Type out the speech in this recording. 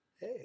Hey